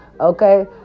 okay